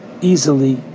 easily